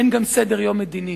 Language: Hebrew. אין גם סדר-יום מדיני.